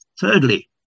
Thirdly